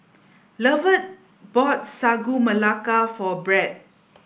Lovett bought Sagu Melaka for Brad